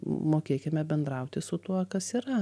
mokėkime bendrauti su tuo kas yra